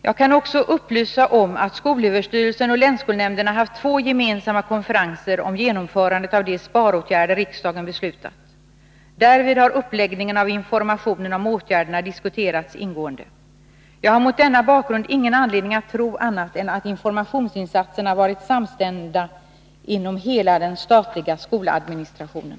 Jag kan också upplysa om att skolöverstyrelsen och länsskolnämnderna haft två gemensamma konferenser om genomförandet av de sparåtgärder riksdagen beslutat. Därvid har uppläggningen av informationen om åtgärderna diskuterats ingående. Jag har mot denna bakgrund ingen anledning att tro annat än att informationsinsatserna varit samstämda inom hela den statliga skoladministrationen.